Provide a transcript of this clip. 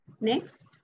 Next